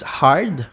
hard